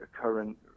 current